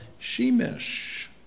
shemesh